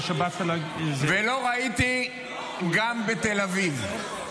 או שבאת --- ולא ראיתי גם בתל אביב.